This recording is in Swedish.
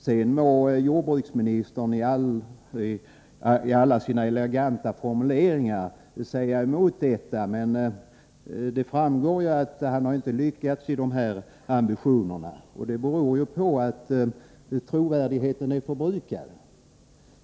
Sedan må jordbruksministern i alla sina eleganta formuleringar säga emot detta, men det framgår att han inte har lyckats i dessa ambitioner. Det beror på att trovärdigheten är förbrukad.